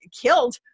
killed